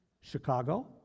Chicago